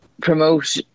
promote